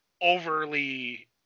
overly